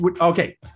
Okay